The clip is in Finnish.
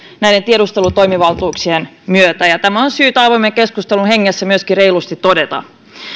näiden tiedustelutoimivaltuuksien myötä ja tämä on syytä avoimen keskustelun hengessä myöskin reilusti todeta